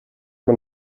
man